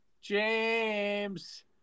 James